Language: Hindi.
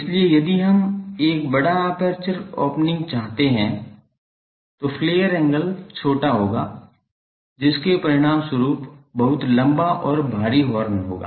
इसलिए यदि हम एक बड़ा एपर्चर ओपनिंग चाहते हैं तो फ्लेयर एंगल छोटा होगा जिसके परिणामस्वरूप बहुत लंबा और भारी हॉर्न होगा